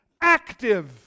active